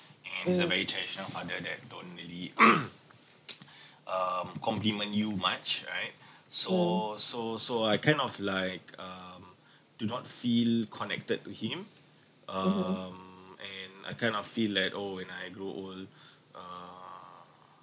and he's a very traditional father that don't really um compliment you much right so so so I kind of like um do not feel connected to him (um)and I kind of feel like oh when I grow old um